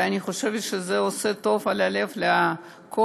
ואני חושבת שזה עושה טוב על הלב לכל